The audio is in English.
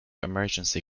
emergency